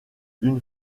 une